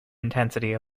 intensity